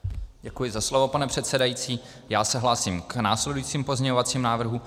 Děkuji za slovo, pane předsedající, já se hlásím k následujícím pozměňovacím návrhům.